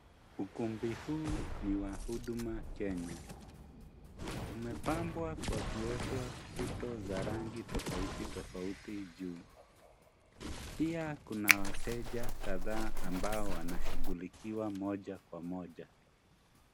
Ukumbi huu ni wa huduma Kenya, umepambwa kwa kuweka puto za rangi tofauti tofauti juu pia kuna wateja kadhaa wanashugulikiwa moja kwa moja.